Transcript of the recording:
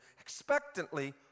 expectantly